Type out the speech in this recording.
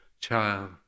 Child